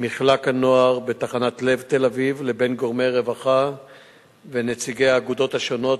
מחלק הנוער בתחנת לב תל-אביב לבין גורמי רווחה ונציגי האגודות השונות,